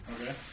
Okay